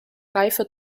reife